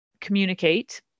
Communicate